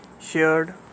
Shared